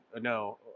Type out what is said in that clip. No